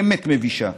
באמת מבישה.